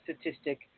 statistic